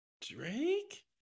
drake